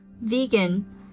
vegan